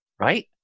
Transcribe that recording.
right